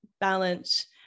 balance